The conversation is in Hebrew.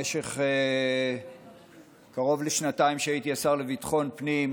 במשך קרוב לשנתיים שהייתי השר לביטחון הפנים,